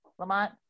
Lamont